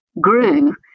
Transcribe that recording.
grew